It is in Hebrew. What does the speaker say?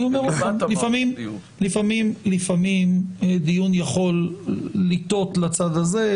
לפעמים דיון יכול לנטות לצד הזה,